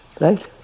Right